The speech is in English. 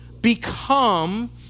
become